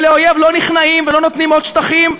ולאויב לא נכנעים ולא נותנים עוד שטחים,